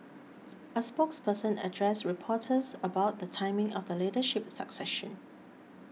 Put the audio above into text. a spokesperson addressed reporters about the timing of the leadership succession